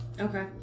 Okay